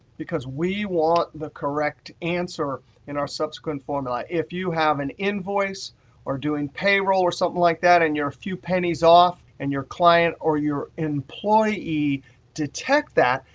because we want the correct answer in our subsequent formula. if you have an invoice or are doing payroll or something like that, and you're few pennies off, and your client or your employee detect that,